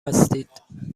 هستید